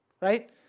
right